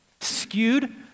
skewed